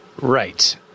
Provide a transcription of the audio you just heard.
Right